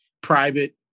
private